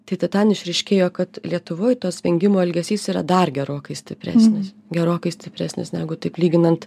tai ten išryškėjo kad lietuvoj tos vengimo elgesys yra dar gerokai stipresnis gerokai stipresnis negu taip lyginant